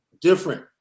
different